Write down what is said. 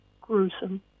gruesome